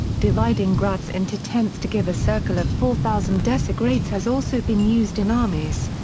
dividing grads into tenths to give a circle of four thousand decigrades has also been used in armies.